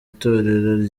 itorero